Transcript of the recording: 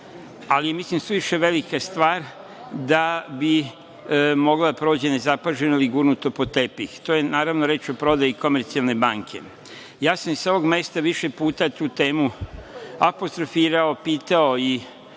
ali mislim da je suviše velika stvar da bi mogla da prođe nezapaženo i gurnuto pod tepih. To je, naravno, reč o prodaji Komercijalne banke. Ja sam sa ovog mesta više puta tu temu apostrofirao, pitao i